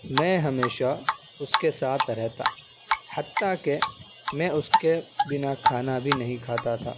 میں ہمیشہ اس کے ساتھ رہتا حتیٰ کہ میں اس کے بنا کھانا بھی نہیں کھاتا تھا